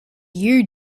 you